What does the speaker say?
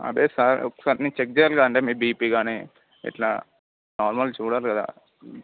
అదే సార్ ఒకసారి నేను చెక్ చేయాలిగా అంటే మీ బీపీ కానీ ఇట్లా నార్మల్ చూడాలి కదా